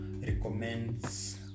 recommends